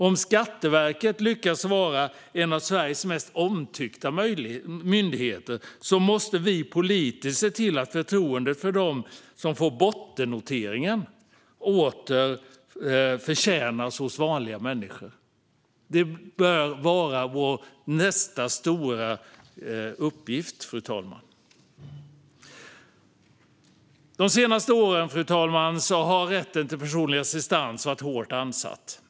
Om Skatteverket lyckas vara en av Sveriges mest omtyckta myndigheter måste vi politiskt se till att förtroendet för dem som får bottennoteringen återkommer hos vanliga människor. Det bör vara vår nästa stora uppgift. Fru talman! De senaste åren har rätten till personlig assistans varit hårt ansatt.